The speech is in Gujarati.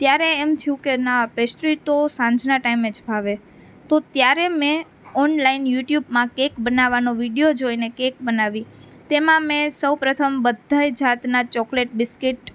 ત્યારે એમ થયું કે ના પેસ્ટ્રી તો સાંજના ટાઈમે જ ભાવે તો ત્યારે મેં ઓનલાઈન યુટ્યુબમાં કેક બનાવવાનો વિડીયો જોઈને કેક બનાવી તેમાં મેં સૌપ્રથમ બધાય જાતનાં ચોકલેટ બિસ્કિટ